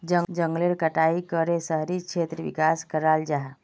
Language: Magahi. जनगलेर कटाई करे शहरी क्षेत्रेर विकास कराल जाहा